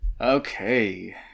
Okay